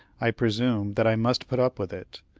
i presume that i must put up with it,